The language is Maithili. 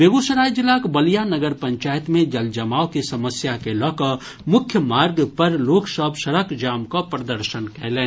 बेगूसराय जिलाक बलिया नगर पंचायत मे जलजमाव के समस्या के लऽ कऽ मुख्य मार्ग पर लोक सभ सड़क जाम कऽ प्रदर्शन कयलनि